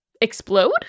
explode